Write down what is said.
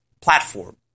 platform